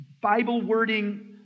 Bible-wording